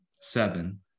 Seven